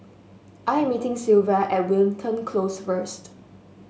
I am meeting Sylva at Wilton Close first